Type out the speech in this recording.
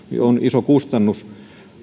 on iso kustannus